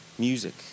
music